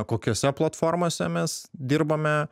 kokiose platformose mes dirbame